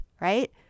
right